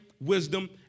wisdom